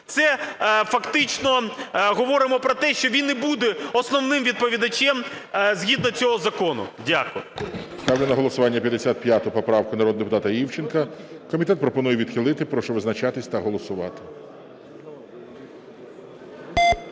Це фактично говоримо про те, що він не буде основним відповідачем, згідно цього закону. Дякую.